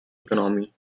economy